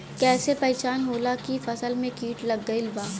कैसे पहचान होला की फसल में कीट लग गईल बा?